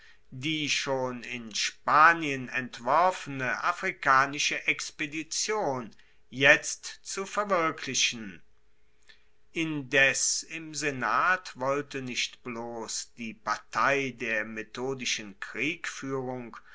die schon in spanien entworfene afrikanische expedition jetzt zu verwirklichen indes im senat wollte nicht bloss die partei der methodischen